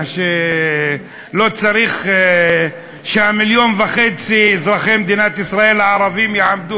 לכך שלא צריך ש-1.5 מיליון אזרחי מדינת ישראל הערבים יעמדו